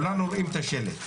כולנו רואים את השלט.